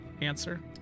answer